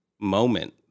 moment